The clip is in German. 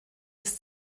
des